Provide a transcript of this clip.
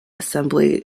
assembly